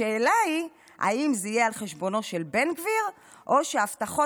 השאלה היא אם זה יהיה על חשבונו של בן גביר או שההבטחות